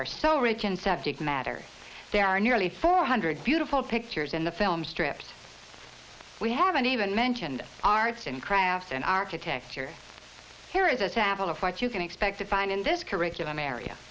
are so rich in subject matter there are nearly four hundred beautiful pictures in the film strips we haven't even mentioned arts and crafts and architecture here is a sample of what you can expect to find in this curriculum a